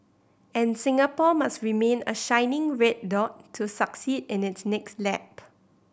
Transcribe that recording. and Singapore must remain a shining red dot to succeed in its next lap